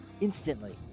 instantly